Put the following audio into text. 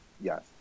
Yes